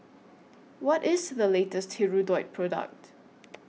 What IS The latest Hirudoid Product